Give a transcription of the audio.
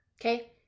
okay